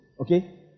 okay